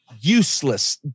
useless